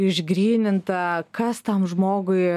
išgryninta kas tam žmogui